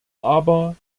aber